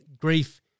grief